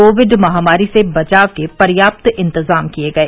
Covid महामारी से बचाव के पर्याप्त इन्तजाम किए गए